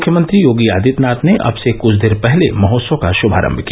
मुख्यमंत्री योगी आदित्यनाथ ने अब से कुछ देर पहिले महोत्सव का श्मारम्भ किया